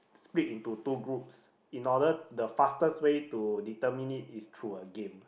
split into two groups in order the fastest way to determine it is through a game